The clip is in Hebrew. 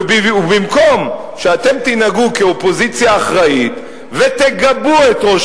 ובמקום שאתם תנהגו כאופוזיציה אחראית ותגבו את ראש